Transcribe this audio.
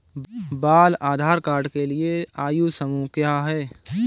बाल आधार कार्ड के लिए आयु समूह क्या है?